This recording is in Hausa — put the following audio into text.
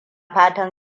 fatan